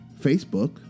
Facebook